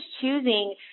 choosing